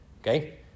Okay